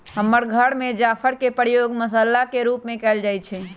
हमर घर में जाफर के प्रयोग मसल्ला के रूप में कएल जाइ छइ